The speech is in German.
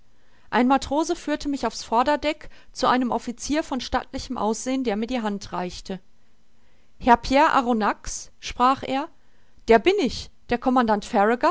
ein matrose führte mich auf's vorderverdeck zu einem officier von stattlichem aussehen der mir die hand reichte herr pierre arronax sprach er der bin ich der commandant